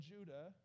Judah